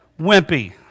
Wimpy